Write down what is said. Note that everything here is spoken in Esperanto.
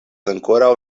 ankoraŭ